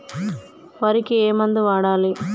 వరికి ఏ మందు వాడాలి?